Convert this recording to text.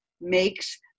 makes